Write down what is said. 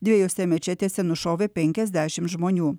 dvejose mečetėse nušovė penkiasdešimt žmonių